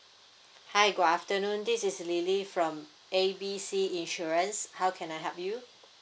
hi good afternoon this is lily from A B C insurance how can I help you